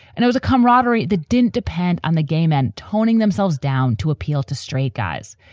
and it was a camaraderie that didn't depend on the gay men toning themselves down to appeal to straight guys.